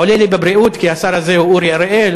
עולה לי בבריאות כי השר הזה הוא אורי אריאל,